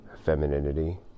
Femininity